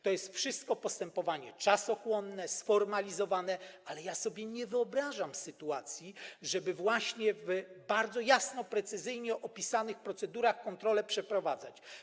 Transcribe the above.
To wszystko, to postępowanie jest czasochłonne, sformalizowane, ale ja sobie nie wyobrażam sytuacji, żeby właśnie w bardzo jasno, precyzyjnie opisanych procedurach kontrolę przeprowadzać.